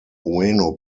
ueno